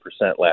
last